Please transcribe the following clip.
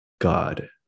god